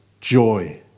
joy